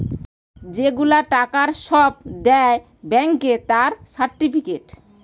যে গুলা টাকা সব দেয় ব্যাংকে তার সার্টিফিকেট